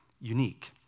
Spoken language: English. unique